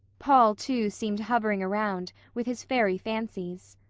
paul, too, seemed hovering around, with his fairy fancies.